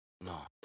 No